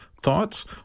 Thoughts